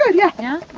yeah yeah? yeah.